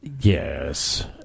Yes